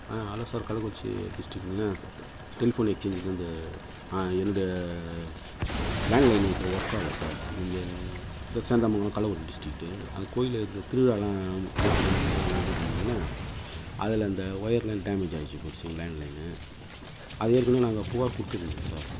ஆ hello sir Kallakurichi டிஸ்ட்ரிக்குன்னு the the telephone எக்சேஞ்சிலருந்து ஆ என்னுடைய லேண்ட்லைனு ஸோ ஒர்க் ஆகல சார் இங்கே இந்த சேந்தமங்கலம் கள்ளகுறிச்சி டிஸ்ட்ரிக்ட்டு கோயில் இந்த திருவிழாவெலாம் நேற்று ரெண்டு மூணு நாளாக நடந்தது இல்லைங்களா அதில் அந்த ஒயர்லாம் டேமேஜ் ஆயிடுச்சு போச்சு லேண்ட்லைனு அது ஏற்கனவே நாங்கள் புகார் கொடுத்துருந்தோம் சார்